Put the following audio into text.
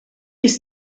ist